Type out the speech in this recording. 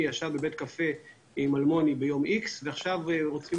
ישב בבית קפה עם אלמוני ביום מסוים ועכשיו רוצים